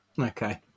Okay